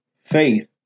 faith